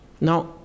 Now